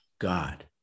God